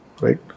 Right